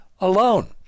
alone